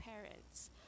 parents